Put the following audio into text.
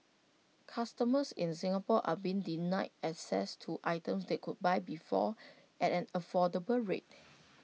customers in Singapore are being denied access to items they could buy before at an affordable rate